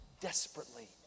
desperately